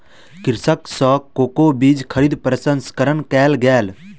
कृषक सॅ कोको बीज खरीद प्रसंस्करण कयल गेल